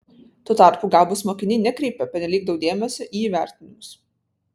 tuo tarpu gabūs mokiniai nekreipia pernelyg daug dėmesio į įvertinimus